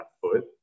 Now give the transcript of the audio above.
foot